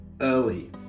early